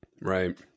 Right